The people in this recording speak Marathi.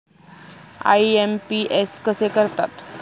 आय.एम.पी.एस कसे करतात?